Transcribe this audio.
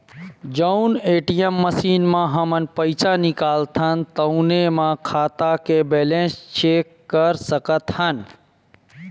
जउन ATM machine म हमन पइसा निकालथन तउनो म खाता के बेलेंस चेक कर सकत हन